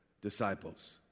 disciples